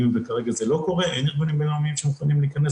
מת"ק עזה כרגע מקבל בקשות, אמנם אי אפשר לגשת